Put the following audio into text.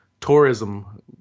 tourism